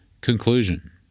Conclusion